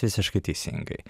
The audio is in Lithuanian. visiškai teisingai